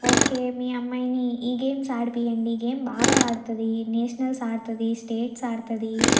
okay మీ అమ్మాయిని ఈ గేమ్స్ ఆడిపించండి ఈ గేమ్ బాగా ఆడుతుంది నేషనల్స్ ఆడుతుంది స్టేట్స్ ఆడుతుంది